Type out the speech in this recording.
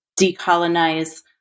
decolonize